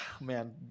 Man